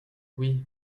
oui